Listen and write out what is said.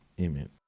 Amen